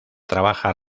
trabaja